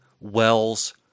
Wells